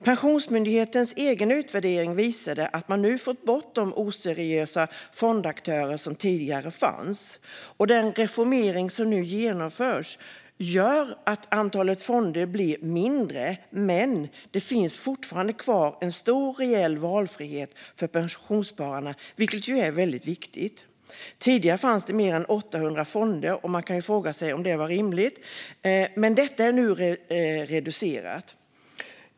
Pensionsmyndighetens egen utvärdering visade att man nu har fått bort de oseriösa fondaktörer som tidigare fanns. Och den reformering som nu genomförs innebär att antalet fonder blir mindre. Men det finns fortfarande kvar en stor och reell valfrihet för pensionsspararna, vilket är väldigt viktigt. Tidigare fanns det mer än 800 fonder, och man kan fråga sig om det var rimligt. Men antalet är nu reducerat.